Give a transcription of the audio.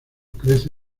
crece